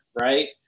right